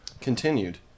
Continued